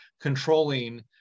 controlling